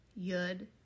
Yud